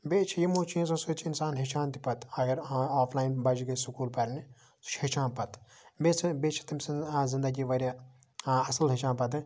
بیٚیہِ چھ یِمو چیٖزو سۭتۍ چھ اِنسان ہیٚچھان تہِ پَتہٕ اگر آف لاین بَچہِ گَژھِ سُکول پَرنہِ سُہ چھُ ہیٚچھان پَتہٕ بیٚیہِ چھِ بیٚیہِ چھِ تٔمۍ سٕنٛز زندگی واریاہ اصل ہیٚچھان پَتہٕ